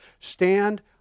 stand